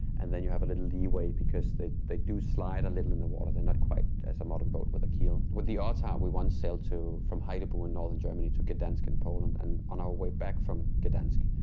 and then you have a little leeway, because they they do slide a little in the water. they're not quite as a modern boat with a keel. with the ottar, we once sailed to, from haithabu in northern germany to gdansk in poland, and on our way back from gdansk,